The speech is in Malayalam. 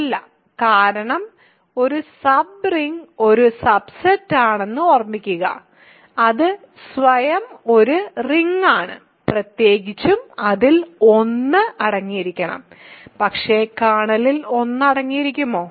അല്ല കാരണം ഒരു സബ് റിംഗ് ഒരു സബ്സെറ്റാണെന്ന് ഓർമ്മിക്കുക അത് സ്വയം ഒരു റിംഗ് ആണ് പ്രത്യേകിച്ചും അതിൽ 1 അടങ്ങിയിരിക്കണം പക്ഷേ കേർണലിൽ 1 അടങ്ങിയിരിക്കാമോ